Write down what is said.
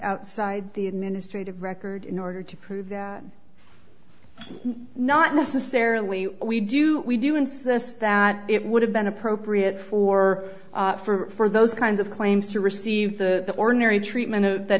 outside the administrative record in order to prove that not necessarily we do we do insist that it would have been appropriate for for those kinds of claims to receive the ordinary treatment that